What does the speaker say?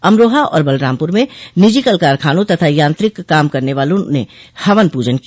अमरोहा और बलरामपुर में निजी कल कारखानों तथा यांत्रिक काम करने वालों ने हवन पूजन किया